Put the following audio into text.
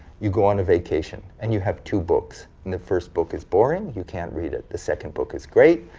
you go on vacation and you have two books. and the first book is boring, you can't read it. the second book is great,